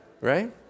right